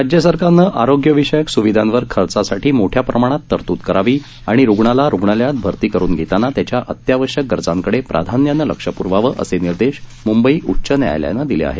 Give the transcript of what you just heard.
राज्य सरकारनं आरोग्यविषयक स्विधांवर खर्चासाठी मोठ्या प्रमाणात तरतूद करावी आणि रुग्णाला रुग्णालयात भर्ती करून घेताना त्याच्या अत्यावश्यक गरजांकडे प्राधान्यानं लक्ष पुरवावं असे निर्देश म्ंबई उच्च न्यायालयानं दिले आहेत